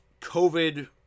COVID